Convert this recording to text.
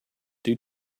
due